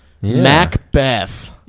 Macbeth